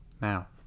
Now